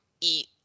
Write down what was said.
eat